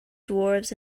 dwarves